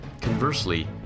Conversely